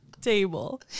table